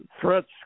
threats